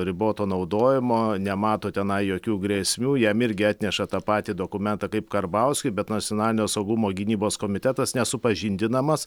riboto naudojimo nemato tenai jokių grėsmių jam irgi atneša tą patį dokumentą kaip karbauskiui bet nacionalinio saugumo gynybos komitetas nesupažindinamas